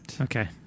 Okay